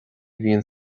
bhíonn